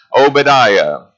Obadiah